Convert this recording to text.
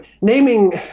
naming